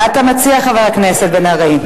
מה אתה מציע, חבר הכנסת בן-ארי?